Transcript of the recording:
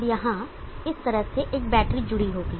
अब यहां इस तरह से एक बैटरी जुड़ी होगी